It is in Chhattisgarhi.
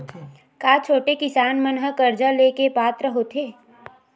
का छोटे किसान मन हा कर्जा ले के पात्र होथे?